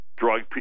Drug